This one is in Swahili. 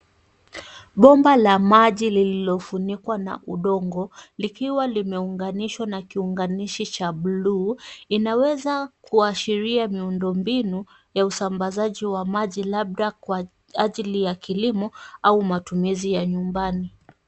Bomba la maji lililofunikwa na udongo likiwa limeunganishwa na kiunganishi cha bluu. Inaweza kuashiria miundombinu ya usambazaji wa maji labda kwa ajili ya kilimo au matumizi ya nyumbani.